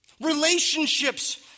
Relationships